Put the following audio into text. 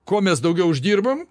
kuo mes daugiau uždirbam